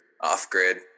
off-grid